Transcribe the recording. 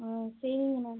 ம் சரிங்க மேம்